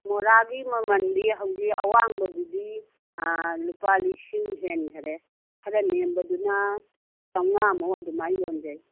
ꯃꯣꯔꯥꯒꯤ ꯃꯃꯜꯗꯤ ꯍꯧꯖꯤꯛ ꯑꯋꯥꯡꯕꯗꯨꯗꯤ ꯂꯨꯄꯥ ꯂꯤꯁꯤꯡ ꯍꯦꯟꯈ꯭ꯔꯦ ꯈꯔ ꯅꯦꯝꯕꯗꯨꯅ ꯆꯃꯉꯥꯃꯨꯛ ꯑꯗꯨꯃꯥꯏ ꯌꯣꯟꯖꯩ